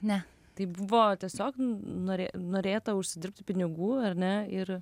ne tai buvo tiesiog nori norėta užsidirbti pinigų ar ne ir